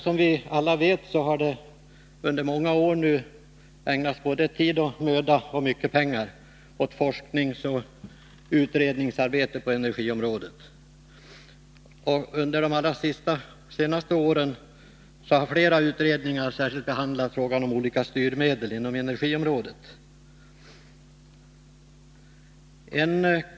Som vi alla vet har det under många år ägnats såväl tid som möda och mycket pengar åt forskningsoch utredningsarbete på energiområdet. Under de allra senaste åren har flera utredningar särskilt behandlat frågan om olika styrmedel inom energiområdet.